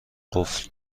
قفل